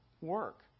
work